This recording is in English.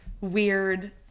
weird